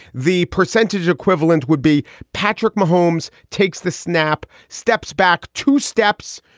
the percentage equivalent would be patrick mahomes takes the snap steps back two steps.